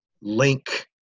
link